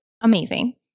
amazing